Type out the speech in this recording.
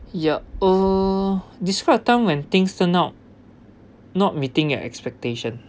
yup uh describe the time when things turn out not meeting your expectation